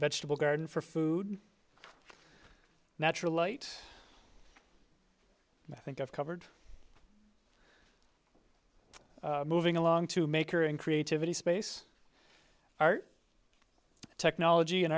vegetable garden for food natural light and i think i've covered moving along to maker in creativity space art technology and